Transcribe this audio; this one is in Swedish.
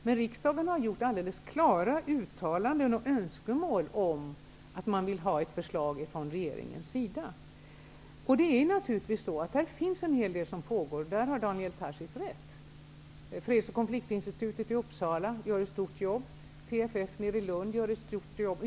Men riksdagen har gjort alldeles klara uttalanden och önskemål om att man vill ha ett förslag från regeringen. Det pågår naturligtvis en hel del. Där har Daniel Uppsala gör ett stort jobb. TFF i Lund gör ett stort jobb.